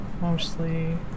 mostly